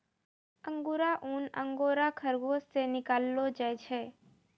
अंगुरा ऊन अंगोरा खरगोस से निकाललो जाय छै